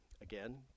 Again